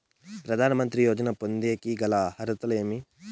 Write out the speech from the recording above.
ప్రధాన మంత్రి యోజన పొందేకి గల అర్హతలు ఏమేమి?